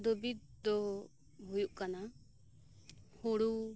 ᱫᱩᱨᱤᱵ ᱫᱚ ᱦᱩᱭᱩᱜ ᱠᱟᱱᱟ ᱦᱩᱲᱩ